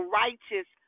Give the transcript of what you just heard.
righteous